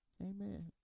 Amen